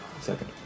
second